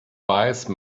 wise